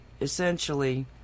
essentially